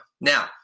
Now